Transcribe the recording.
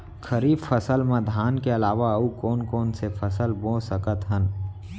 खरीफ फसल मा धान के अलावा अऊ कोन कोन से फसल बो सकत हन?